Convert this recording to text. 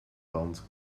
wand